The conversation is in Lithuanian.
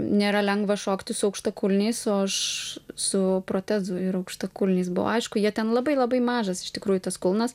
nėra lengva šokti su aukštakulniais o aš su protezu ir aukštakulniais buvo aišku jie ten labai labai mažas iš tikrųjų tas kulnas